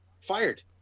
fired